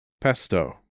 Pesto